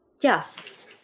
yes